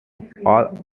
all